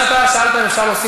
אתה מנהל אותה בצורה